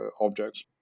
objects